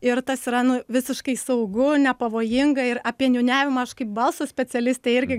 ir tas yra nu visiškai saugu nepavojinga ir apie niūniavimą aš kaip balso specialistė irgi